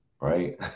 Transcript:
right